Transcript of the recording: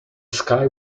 sky